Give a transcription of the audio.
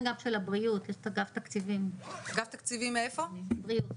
אגף התקציבים של משרד הבריאות.